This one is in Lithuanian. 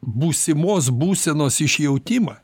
būsimos būsenos išjautimą